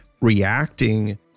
reacting